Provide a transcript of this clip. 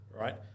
right